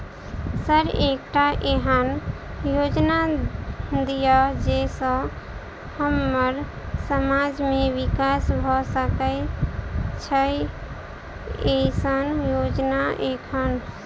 Sir एकटा एहन योजना दिय जै सऽ हम्मर समाज मे विकास भऽ सकै छैय एईसन योजना एखन?